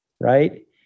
right